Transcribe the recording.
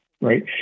right